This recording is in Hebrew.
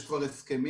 יש כבר הסכמים.